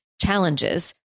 challenges